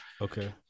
okay